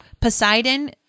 Poseidon